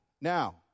Now